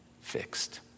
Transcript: fixed